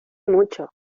mucho